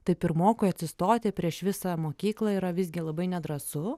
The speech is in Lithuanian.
tai pirmokui atsistoti prieš visą mokyklą yra visgi labai nedrąsu